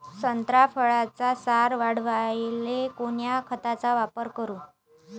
संत्रा फळाचा सार वाढवायले कोन्या खताचा वापर करू?